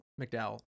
McDowell